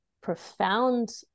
profound